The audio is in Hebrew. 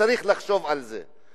וצריך לחשוב על זה.